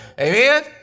Amen